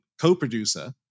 co-producer